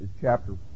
chapter